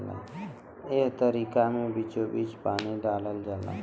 एह तरीका मे बीचोबीच पानी डालल जाला